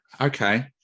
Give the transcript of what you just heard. Okay